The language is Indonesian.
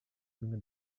minggu